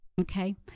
Okay